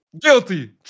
Guilty